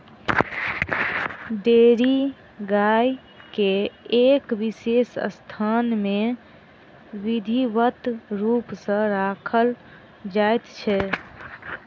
dairy गाय के एक विशेष स्थान मे विधिवत रूप सॅ राखल जाइत छै